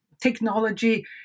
technology